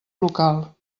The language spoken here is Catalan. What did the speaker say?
local